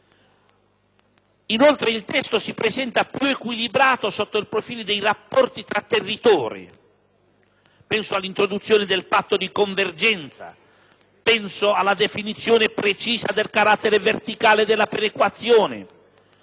provvedimento si presenta più equilibrato sotto il profilo del rapporto tra territori; penso all'introduzione del patto di convergenza, alla definizione precisa del carattere verticale della perequazione,